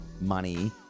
money